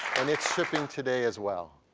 and it's shipping today as well.